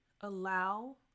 allow